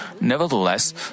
Nevertheless